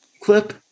clip